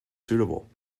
suitable